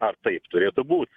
ar taip turėtų būt